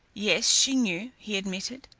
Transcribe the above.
yes, she knew, he admitted.